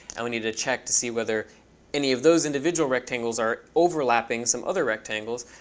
and we need to check to see whether any of those individual rectangles are overlapping some other rectangles.